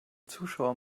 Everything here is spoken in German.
zuschauer